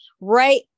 right